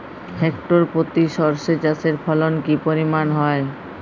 Hectare প্রতি সর্ষে চাষের ফলন কি পরিমাণ হয়?